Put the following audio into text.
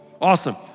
awesome